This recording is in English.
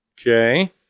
Okay